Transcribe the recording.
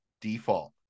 default